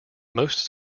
most